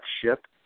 ship